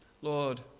Lord